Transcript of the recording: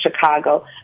Chicago